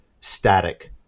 static